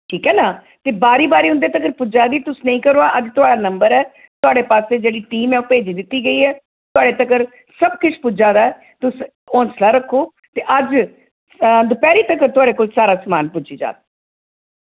ठीक ऐ ना ते बारी बारी उं'दे तगर पुज्जा दी तुस नेईं घबराओ अज थोआढ़ा नंबर ऐ थोआढ़े पास्सै जेह्ड़ी टीम ऐ ओह् भेजी दित्ती गेई ऐ थोआढ़े तगर सब किश पुज्जा दा तुस हौसला रक्खो ते अज्ज दपैह्री तक्कर थोआढ़े कोल सारा समान पुज्जी जाग